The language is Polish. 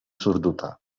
surduta